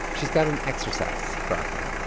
she's got an exercise for aktham